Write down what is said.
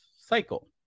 cycle